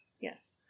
Yes